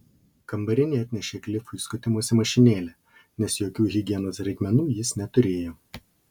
kambarinė atnešė klifui skutimosi mašinėlę nes jokių higienos reikmenų jis neturėjo